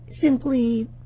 simply